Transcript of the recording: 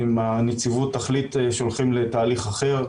אם הנציבות תחליט שהולכים לתהליך אחר,